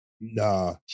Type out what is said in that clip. Nah